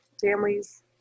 families